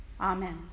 Amen